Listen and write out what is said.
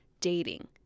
dating